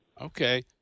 Okay